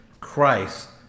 Christ